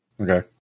Okay